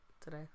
today